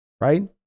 right